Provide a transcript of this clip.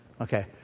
Okay